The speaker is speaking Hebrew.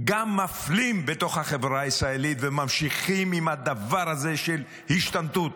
גם מפלים בתוך החברה הישראלית וממשיכים עם הדבר הזה של השתמטות,